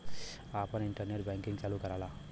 आपन internet banking चालू कराला